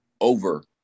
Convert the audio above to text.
over